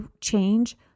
change